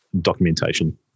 documentation